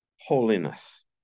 Holiness